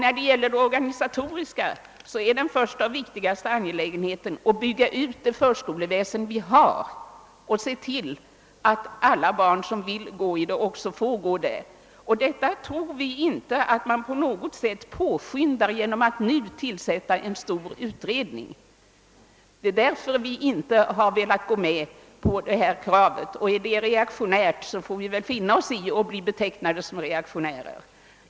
På det organisatoriska planet är den viktigaste angelägenheten att bygga ut det förskoleväsen vi har och se till att alla barn som vill gå i förskola också får göra det. En sådan utveckling tror vi inte att man på något sätt påskyndar genom att nu tillsätta en stor utredning. Det är därför vi inte velat gå med på detta krav. är detta reaktionärt, får vi väl finna oss i att bli betecknade som reaktionärer.